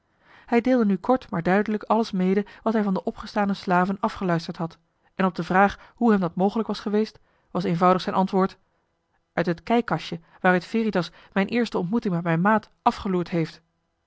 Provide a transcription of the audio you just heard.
hij deelde nu kort maar duidelijk alles mede wat hij van de opgestane slaven afgeluisterd had en op de vraag hoe hem dat mogelijk was geweest was eenvoudig zijn antwoord uit het kijkkastje waaruit veritas mijn eerste ontmoeting met mijn maat afgeloerd heeft